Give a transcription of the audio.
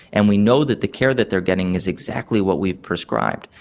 and we know that the care that they are getting is exactly what we've prescribed,